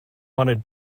wanted